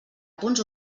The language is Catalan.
punts